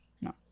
No